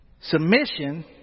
submission